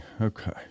Okay